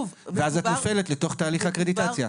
אז את נופלת לתוך תהליך אקרדיטציה.